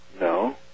No